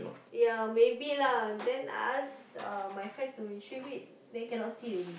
ya maybe lah then ask uh my friend to retrieve it then cannot see already